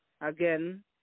again